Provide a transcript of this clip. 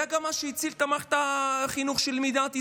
זה גם מה שהציל את מערכת החינוך של מדינת ישראל.